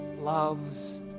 loves